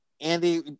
andy